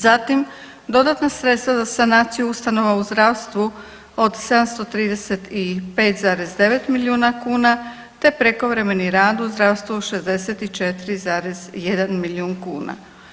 Zatim dodatna sredstva za sanaciju ustanova u zdravstvu od 735,9 milijuna kuna te prekovremeni rad u zdravstvu od 64,1 milijun kuna.